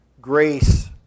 Grace